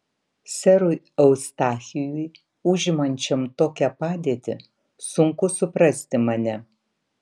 serui eustachijui užimančiam tokią padėtį sunku suprasti mane